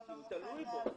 כי הייתי תלוי בו.